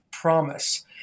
promise